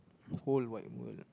whole wide world